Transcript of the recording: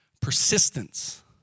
Persistence